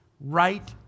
right